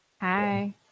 Hi